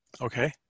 Okay